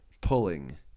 pulling